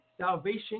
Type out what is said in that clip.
salvation